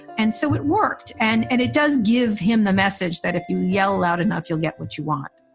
and so it worked. and and it does give him the message that if you yell loud enough, you'll get what you want.